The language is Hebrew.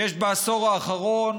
יש בעשור האחרון